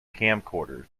camcorder